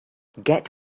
get